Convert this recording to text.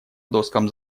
доскам